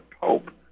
Pope